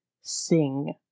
sing